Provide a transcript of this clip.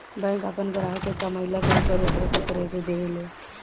bank आपन ग्राहक के कमईला के ऊपर ओकरा के क्रेडिट देवे ले